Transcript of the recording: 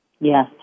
Yes